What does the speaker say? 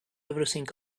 everything